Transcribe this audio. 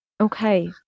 Okay